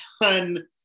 done